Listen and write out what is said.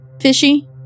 fishy